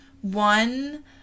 One